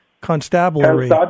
Constabulary